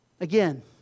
again